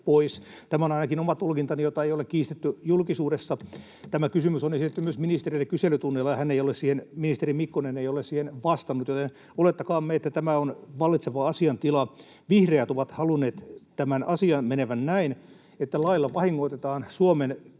Tämä on ainakin oma tulkintani, jota ei ole kiistetty julkisuudessa. Tämä kysymys on esitetty myös ministerille kyselytunnilla, ja ministeri Mikkonen ei ole siihen vastannut, joten olettakaamme, että tämä on vallitseva asiaintila. Vihreät ovat halunneet tämän asian menevän näin, että lailla vahingoitetaan Suomen